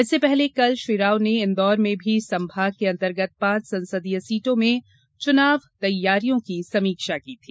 इससे पहले कल श्री राव ने इंदौर में भी संभाग के अंतर्गत पांच संसदीय सीटों में चुनाव तैयारियों की समीक्षा की थी